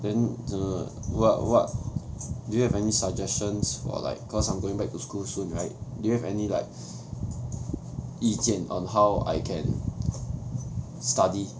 then the what what do you have any suggestions or like cause I'm going back to school soon right do you have any like 意见 on how I can study